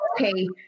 okay